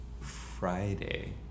Friday